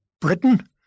Britain